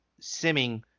simming